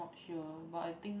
not sure but I think